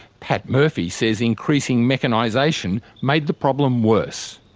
pat murphy says increasing mechanisation made the problem worse.